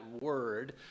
word